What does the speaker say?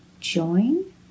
join